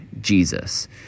Jesus